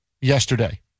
yesterday